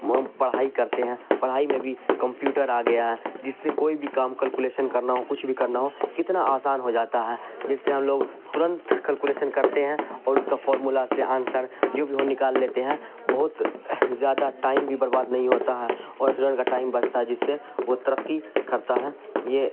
پڑھائی کرتے ہیں پڑھائی میں بھی کمپیوٹر آ گیا ہے جس سے کوئی بھی کام کلکولیشن کرنا ہو کچھ بھی کرنا ہو کتنا آسان ہو جاتا ہے جس سے ہم لوگ ترنت کلکولیشن کرتے ہیں اور اس کا فارمولا سے آنسر جو بھی وہ نکال لیتے ہیں بہت زیادہ ٹائم بھی برباد نہیں ہوتا ہے اور کا ٹائم بچتا ہے جس سے وہ ترقی کرتا ہے یہ